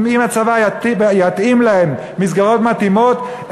אם הצבא יתאים להם מסגרות מתאימות,